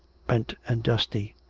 spent and dusty.